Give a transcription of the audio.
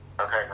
Okay